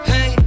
Hey